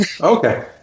Okay